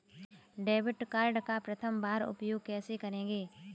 Debit card का प्रथम बार उपयोग कैसे करेंगे?